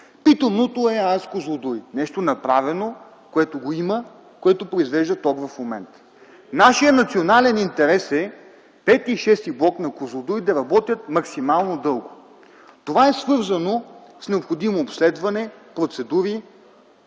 Питомното е АЕЦ „Козлодуй” – нещо направено, което го има, което произвежда ток в момента. Нашият национален интерес е пети и шести блок на „Козлодуй” да работят максимално дълго. Това е свързано с необходимо обследване, процедури,